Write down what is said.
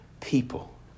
people